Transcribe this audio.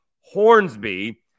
Hornsby